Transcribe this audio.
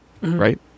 right